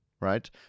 right